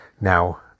Now